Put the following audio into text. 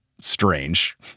strange